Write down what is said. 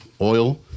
oil